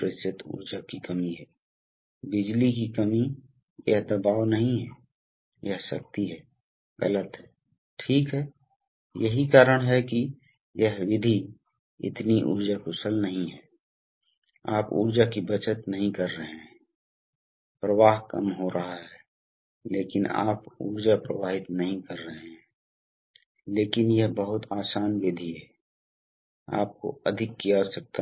रूप से आप न्यूमेटिक्स ऊर्जा को जानते हैं इसलिए वायु दबाव की उपस्थिति वह न्यूमेटिक्स ऊर्जा है जिसका उपयोग करने के लिए किया जाता है और जो ऊर्जा संग्रहित की जा सकती है वह मूल रूप से दो मात्राओं से तय होती है यानी किस दबाव में कितनी हवा संग्रहित होती है और दबाव क्या होता है